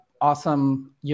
awesome